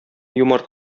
юмарт